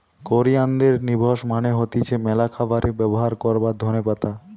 কোরিয়ানদের লিভস মানে হতিছে ম্যালা খাবারে ব্যবহার করবার ধোনে পাতা